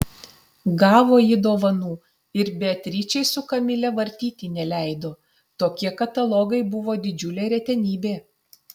gavo jį dovanų ir beatričei su kamile vartyti neleido tokie katalogai buvo didžiulė retenybė